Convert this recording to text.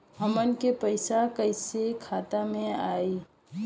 हमन के पईसा कइसे खाता में आय?